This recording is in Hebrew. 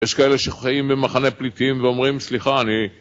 יש כאלה שחיים במחנה פליטים ואומרים, סליחה, אני...